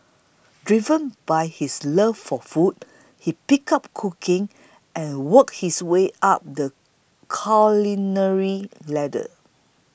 driven by his love for food he picked up cooking and worked his way up the culinary ladder